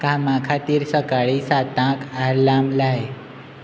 कामा खातीर सकाळीं सातांक आलार्म लाय